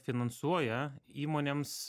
finansuoja įmonėms